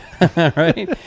Right